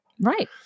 Right